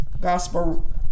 gospel